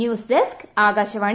news desk Akashvani